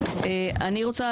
אני רוצה,